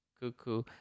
Cuckoo